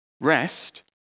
Rest